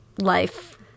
life